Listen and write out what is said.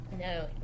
No